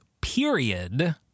period